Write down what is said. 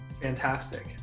Fantastic